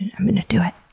and i'm gonna do it.